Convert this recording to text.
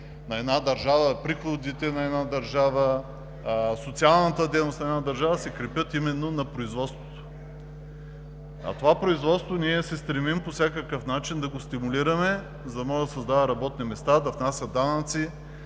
на една държава, приходите на една държава, социалната дейност на една държава се крепят именно на производството. Ние се стремим по всякакъв начин да стимулираме това производство, за да може да създава работни места, да внася данъци